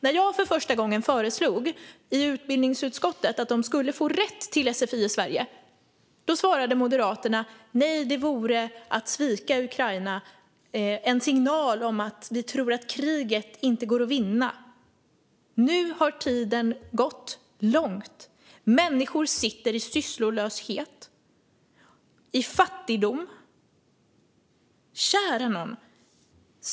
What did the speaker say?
När jag för första gången föreslog i utbildningsutskottet att de ukrainska flyktingarna skulle få rätt till sfi i Sverige svarade Moderaterna att det vore att svika Ukraina och ge en signal om att vi inte tror att kriget går att vinna. Nu har lång tid gått. Människor sitter i sysslolöshet, i fattigdom. Kära nån!